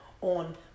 on